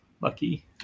lucky